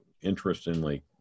interestingly